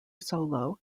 solo